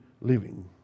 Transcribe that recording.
living